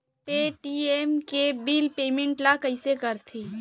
Paytm के bill payment ल कइसे करथे?